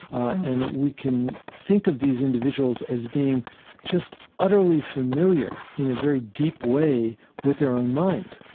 and we can think of these individuals as being just utterly familiar in a very deep way with their own mind,